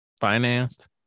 financed